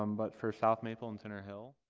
um but for south maple and center hill,